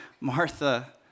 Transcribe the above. Martha